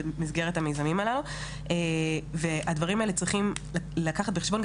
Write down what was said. במסגרת המיזמים הללו והדברים האלה צריכים לקחת בחשבון,